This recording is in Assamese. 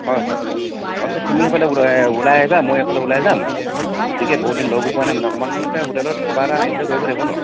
হয় হয় আচ্ছা তুমি সেইফালে ওলাই আহিবা মই এইফালে ওলাই যাম ঠিকে বহুত দিন লগো পোৱা নাই অকণমান হোটেলত কিবা এটা এঞ্জয় কৰিব লাগিব ন'